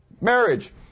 marriage